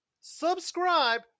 subscribe